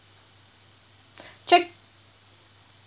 check